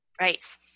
Right